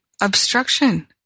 obstruction